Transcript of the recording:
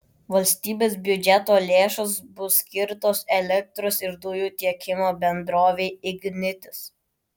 valstybės biudžeto lėšos bus skirtos elektros ir dujų tiekimo bendrovei ignitis